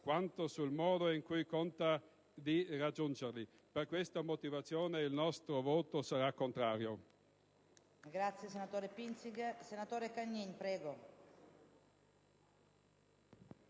quanto sul modo in cui conta di raggiungerli. Per queste motivazioni, il nostro voto sarà contrario.